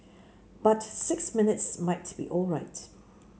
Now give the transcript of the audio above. but six minutes might be alright